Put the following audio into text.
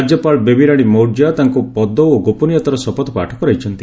ରାଜ୍ୟପାଳ ବେବୀରାଣୀ ମୌର୍ଯ୍ୟ ତାଙ୍କୁ ପଦ ଓ ଗୋପନୀୟତାର ଶପଥପାଠ କରାଇଛନ୍ତି